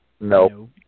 No